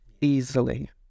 Easily